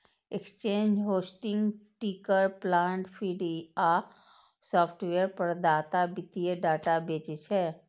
exchange, hosting, ticker plant feed आ software प्रदाता वित्तीय डाटा बेचै छै